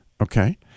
Okay